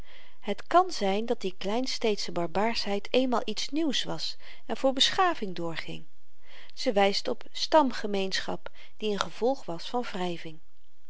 het kan zyn dat die kleinsteedsche barbaarsheid eenmaal iets nieuws was en voor beschaving doorging ze wyst op stamgemeenschap die n gevolg was van